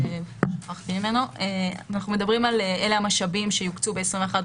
אלה המשאבים שיוקצו ב-2021,